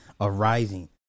arising